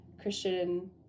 Christian